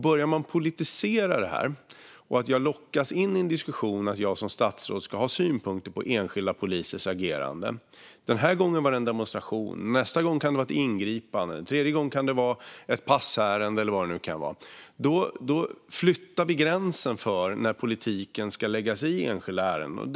Börjar man politisera detta och jag lockas in i en diskussion om att jag som statsråd ska ha synpunkter på enskilda polisers agerande flyttas gränsen för när politiken ska lägga sig i enskilda ärenden. Denna gång var det en demonstration. Nästa gång kan det vara ett ingripande. En tredje gång kan det vara ett passärende eller någonting annat.